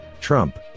Trump